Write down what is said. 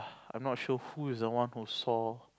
I'm not sure who was the one who saw